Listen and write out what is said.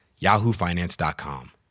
yahoofinance.com